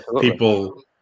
people